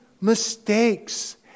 mistakes